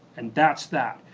and that's that.